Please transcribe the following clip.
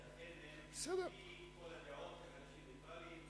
שלפי כל הדעות הם אנשים נאורים,